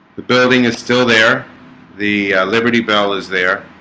the building is still there the liberty bell is there?